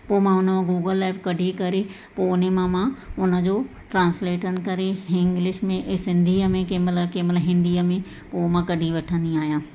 पोइ मां हुन मां गूगल ऐप कढी करे पोइ उन मां मां उन जो ट्रांसलेटर करे हिंग्लिश में संधीअ में केमहिल केमहिल हिंदीअ में उहो मां कढी वठंदी आहियां